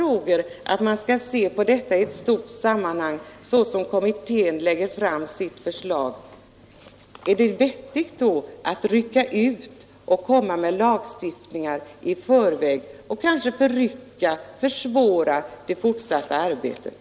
Då uttalade man att man är rädd för dellösningar, man vill göra en — frågor att man bör se över dem i ett sammanhang, såsom kommittén föreslår? Är det då vettigt att rycka ut denna bit och lagstifta om den i förväg och därmed kanske förrycka och försvåra det fortsatta arbetet?